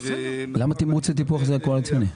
למה תמרוץ וטיפוח זה קואליציוני?